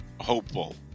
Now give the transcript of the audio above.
hopeful